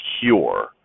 cure